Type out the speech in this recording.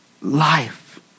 life